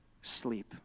sleep